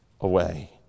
away